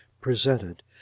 presented